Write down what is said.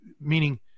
meaning